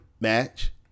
match